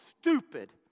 stupid